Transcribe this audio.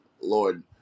Lord